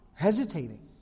hesitating